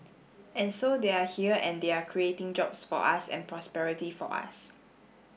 and so they are here and they are creating jobs for us and prosperity for us